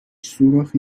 سوراخی